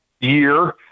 year